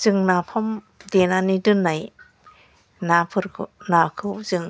जों नाफाम देनानै दोननाय नाफोरखौ नाखौ जों